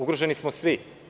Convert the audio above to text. Ugroženi smo svi.